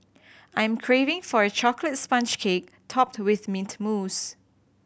I'm craving for a chocolate sponge cake topped with mint mousse